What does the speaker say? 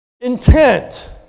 intent